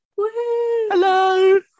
Hello